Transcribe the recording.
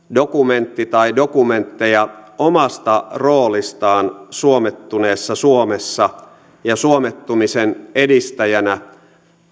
dokumentti tai dokumentteja omasta roolistaan suomettuneessa suomessa ja suomettumisen edistäjänä